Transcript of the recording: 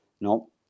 no